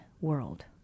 world